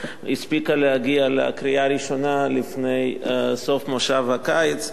הספיקה להגיע לקריאה הראשונה לפני סוף מושב הקיץ.